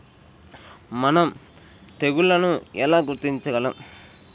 మనం తెగుళ్లను ఎలా గుర్తించగలం?